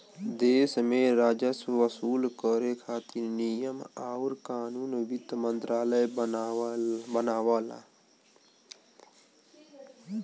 देश में राजस्व वसूल करे खातिर नियम आउर कानून वित्त मंत्रालय बनावला